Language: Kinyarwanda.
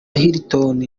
hilton